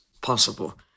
possible